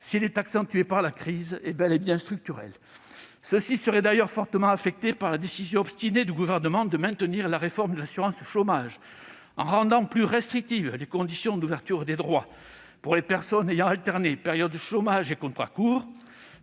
s'il est accentué par la crise, est bel et bien structurel. Ceux-ci seraient d'ailleurs fortement affectés par la décision obstinée du Gouvernement de maintenir la réforme de l'assurance chômage. En rendant plus restrictives les conditions d'ouverture des droits pour les personnes ayant alterné périodes de chômage et contrats courts,